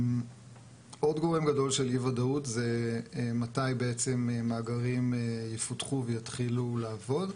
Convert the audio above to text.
עוד גורם גדול של אי ודאות זה מתי בעצם מאגרים יפותחו ויתחילו לעבוד,